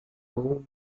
com